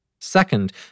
Second